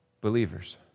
believers